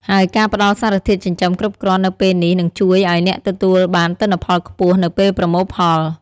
ហើយការផ្តល់សារធាតុចិញ្ចឹមគ្រប់គ្រាន់នៅពេលនេះនឹងជួយឱ្យអ្នកទទួលបានទិន្នផលខ្ពស់នៅពេលប្រមូលផល។